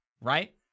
right